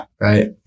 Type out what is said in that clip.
Right